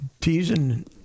teasing